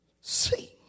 see